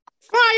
Fire